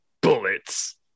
bullets